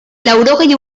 laurogei